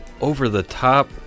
over-the-top